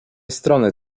strony